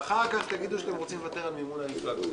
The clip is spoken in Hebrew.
ואחר כך תגידו שאתם רוצים לוותר על מימון המפלגות,